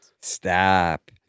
Stop